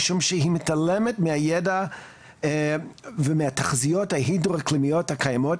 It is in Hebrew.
משום שהיא מתעלמת מהידע ומהתחזיות ההידרו-אקלימיות הקיימות,